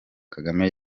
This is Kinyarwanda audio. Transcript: kagame